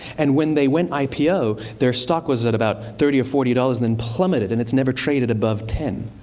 and when they went ipo, their stock was at about thirty or forty dollars and then plummeted, and it's never traded above ten.